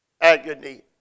agony